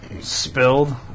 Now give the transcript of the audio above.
spilled